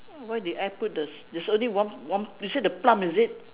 why did I put this there's only one one you said the plum is it